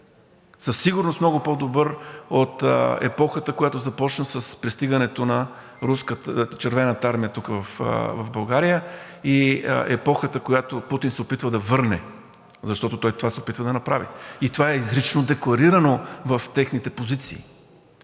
Със сигурност много по-добър от епохата, която започна с пристигането на Червената армия тук в България и епохата, която Путин се опитва да върне, защото той това се опитва да направи. И това е изрично декларирано в техните позиции.